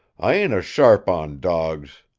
i ain't a sharp on dawgs.